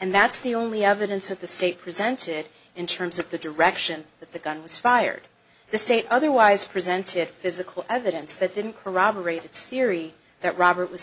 and that's the only evidence of the state presented in terms of the direction that the gun was fired the state otherwise presented physical evidence that didn't corroborate its theory that robert was